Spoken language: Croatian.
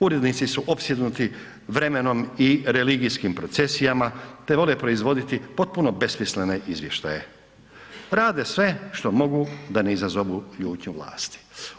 Urednici su opsjednuti vremenom i religijskim procesijama te vole proizvoditi potpuno besmislene izvještaje, rade sve što mogu da ne izazovu ljutnju vlasti.